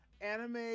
anime